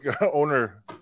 owner